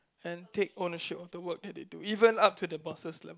and take ownership of the work that they do even up to the bosses level